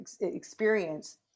experience